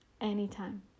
Anytime